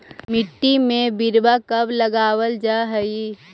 मिट्टी में बिरवा कब लगावल जा हई?